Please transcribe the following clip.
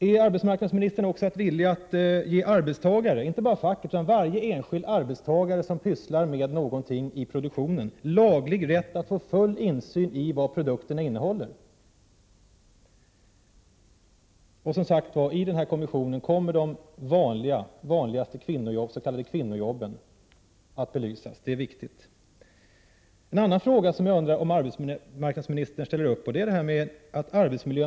Är arbetsmarknadsministern också villig att ge inte bara facket utan varje enskild arbetstagare som sysslar med någonting i produktionen laglig rätt att få full insyn i vad produkterna innehåller? Kommer de vanligaste s.k. kvinnoarbetena att belysas i kommissionen? Det är en viktig sak. En annan sak som jag undrar om arbetsmarknadsministern ställer sig bakom är en helt rökfri arbetsmiljö.